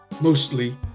Mostly